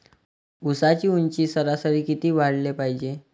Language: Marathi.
ऊसाची ऊंची सरासरी किती वाढाले पायजे?